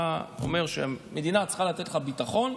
אתה אומר שמדינה צריכה לתת לך ביטחון,